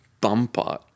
bumper